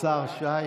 השר שעולה,